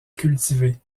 cultivée